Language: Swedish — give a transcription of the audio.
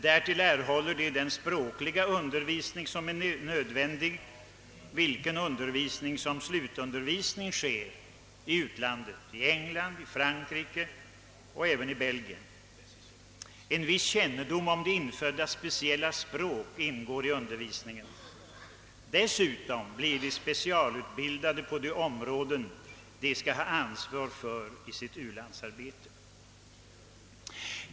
Därtill erhåller de den språkundervisning som är nödvändig, en undervis ning som i slutskedet är förlagd till utlandet, t.ex. till England, Frankrike och Belgien. De får också en viss kännedom om de inföddas språk, varjämte de blir specialutbildade på de områden där de . skall ha ansvar för u-landsarbetet.